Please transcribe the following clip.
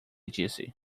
disse